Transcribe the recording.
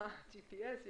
GPS,